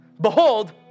Behold